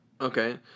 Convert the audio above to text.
Okay